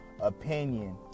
opinion